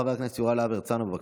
חבר הכנסת יוראי להב הרצנו, בבקשה.